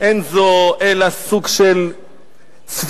אין זה אלא סוג של צביעות.